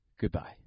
Goodbye